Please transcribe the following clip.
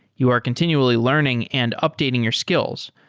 you are continually learning and updating your skills,